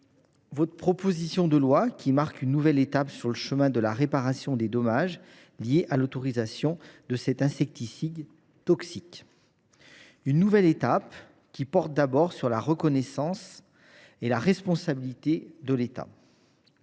Votre proposition de loi marque une nouvelle étape sur le chemin de la réparation des dommages liés à l’autorisation de cet insecticide toxique. Cette nouvelle étape porte d’abord sur la reconnaissance de la responsabilité de l’État.